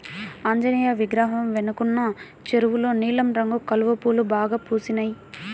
ఆంజనేయ విగ్రహం వెనకున్న చెరువులో నీలం రంగు కలువ పూలు బాగా పూసినియ్